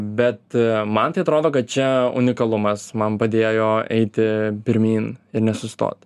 bet man tai atrodo kad čia unikalumas man padėjo eiti pirmyn ir nesustot